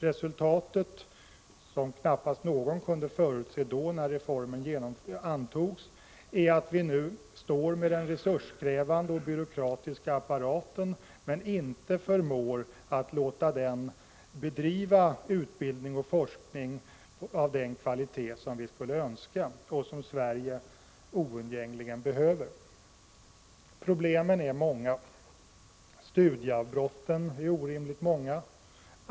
Resultatet, som knappast någon kunde förutse då, när reformen antogs, är att vi nu står med den resurskrävande och byråkratiska apparaten men inte förmår att låta den bedriva utbildning och forskning av den kvalitet som vi skulle önska och som Sverige oundgängligen behöver. Problemen är många. Studieavbrotten är orimligt många.